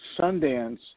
Sundance